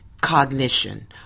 cognition